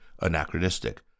anachronistic